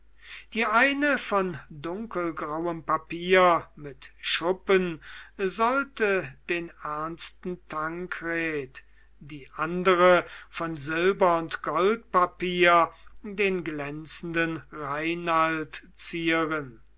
die eine von dunkelgrauem papier mit schuppen sollte den ernsten tankred die andere von silber und goldpapier den glänzenden reinald zieren